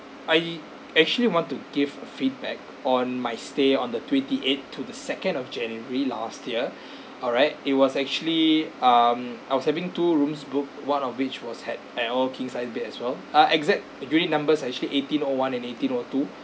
I actually want to give a feedback on my stay on the twenty eight to the second of january last year alright it was actually um I was having two rooms booked one of which was had and all king sized bed as well uh exact unit numbers are actually eighteen O one and eighteen O two